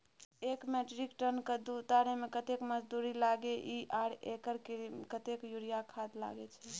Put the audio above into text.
एक metric ton कद्दू उतारे में कतेक मजदूरी लागे इ आर एक एकर में कतेक यूरिया खाद लागे छै?